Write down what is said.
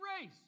race